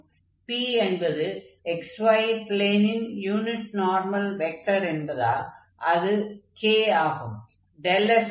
p என்பது xy ப்ளேனின் unit normal vector என்பதால் அது k ஆகும்